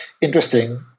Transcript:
interesting